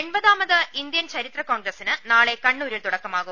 എൺപതാമത് Indian ചരിത്ര കോൺഗ്രസിന് നാളെ കണ്ണൂരിൽ തുടക്കമാവും